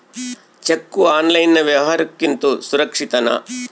Cheque online ವ್ಯವಹಾರುಕ್ಕಿಂತ ಸುರಕ್ಷಿತನಾ?